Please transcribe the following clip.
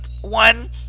one